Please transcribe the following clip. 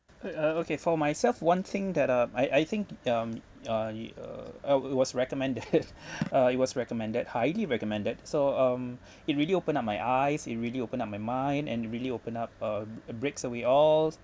okay for myself one thing that uh I I think um uh it uh oh it was recommended uh it was recommended highly recommended so um it really opened up my eyes in really opened up my mind and really open up uh a breaks that we all